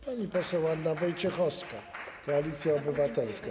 Pani poseł Anna Wojciechowska, Koalicja Obywatelska.